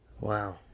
Wow